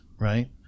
right